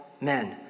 men